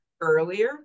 earlier